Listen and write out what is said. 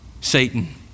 Satan